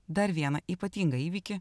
dar vieną ypatingą įvykį